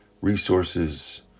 resources